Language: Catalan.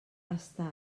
està